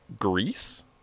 Greece